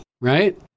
Right